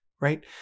right